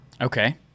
Okay